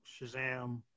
Shazam